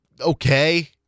okay